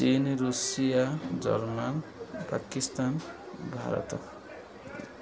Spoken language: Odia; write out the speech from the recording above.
ଚୀନ୍ ଋଷିଆ ଜର୍ମାନୀ ପାକିସ୍ତାନ୍ ଭାରତ